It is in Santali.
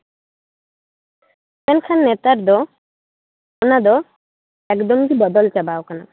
ᱢᱮᱱᱠᱷᱟᱱ ᱱᱮᱛᱟᱨ ᱫᱚ ᱚᱱᱟ ᱫᱚ ᱮᱠᱫᱚᱢ ᱜᱮ ᱵᱚᱫᱚᱞ ᱪᱟᱵᱟᱣᱟᱠᱟᱱᱟ